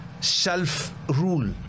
self-rule